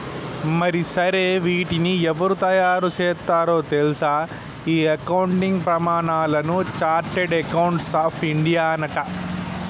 మరి సరే వీటిని ఎవరు తయారు సేత్తారో తెల్సా ఈ అకౌంటింగ్ ప్రమానాలను చార్టెడ్ అకౌంట్స్ ఆఫ్ ఇండియానట